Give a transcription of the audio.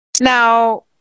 Now